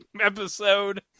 episode